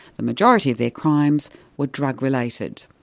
the majority of their crimes were drug related.